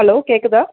hello கேட்குதா